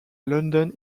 london